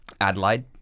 Adelaide